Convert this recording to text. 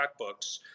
checkbooks